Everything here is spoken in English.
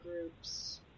groups